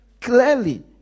Clearly